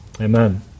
Amen